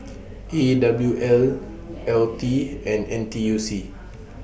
E W L L T and N T U C